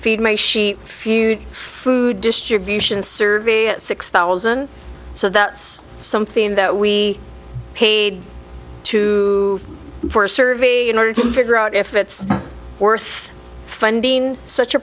feet may she feud food distributions survey at six thousand so that's something that we paid to for a survey in order to figure out if it's worth funding such a